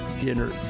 dinner